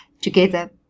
together